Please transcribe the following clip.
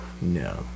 No